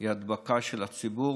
היא הדבקה של הציבור.